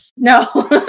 No